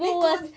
你滚